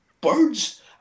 birds